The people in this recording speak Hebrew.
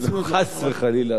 חס וחלילה, אדוני.